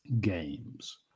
games